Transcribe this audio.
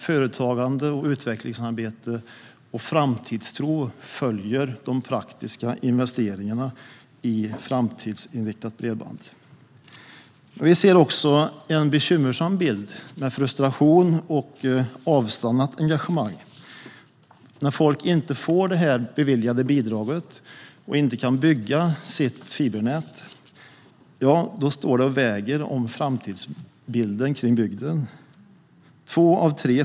Företagande, utvecklingsarbete och framtidstro följer de praktiska investeringarna i framtidsinriktat bredband. Men vi ser också en bekymmersam bild med frustration och avstannat engagemang. När folk inte får det här bidraget beviljat och inte kan bygga sitt fibernät står framtiden för bygden och väger.